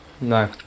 No